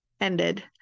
ended